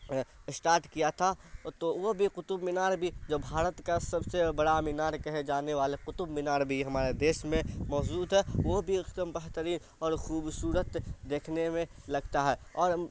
start کیا تھا تو وہ بھی قطب مینار بھی جب بھارت کا سب سے بڑا مینار کہے جانے والے قطب مینار بھی ہمارے دیس میں موجود ہے وہ بھی ایک دم بہترین اور خوبصورت دیکھنے میں لگتا ہے اور